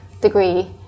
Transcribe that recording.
degree